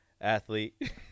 athlete